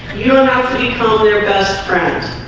you don't have to become their best friends